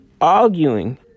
arguing